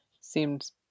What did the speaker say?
seemed